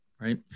Right